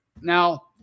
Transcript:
now